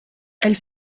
elle